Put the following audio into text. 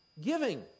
giving